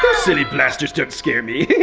silly blasters don't scare me!